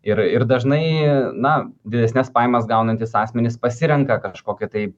ir ir dažnai na didesnes pajamas gaunantys asmenys pasirenka kažkokią tai